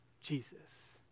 Jesus